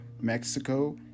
mexico